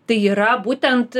tai yra būtent